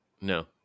No